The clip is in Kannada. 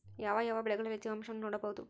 ಯಾವ ಯಾವ ಬೆಳೆಗಳಲ್ಲಿ ತೇವಾಂಶವನ್ನು ನೋಡಬಹುದು?